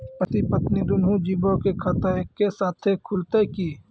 पति पत्नी दुनहु जीबो के खाता एक्के साथै खुलते की?